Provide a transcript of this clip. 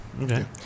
Okay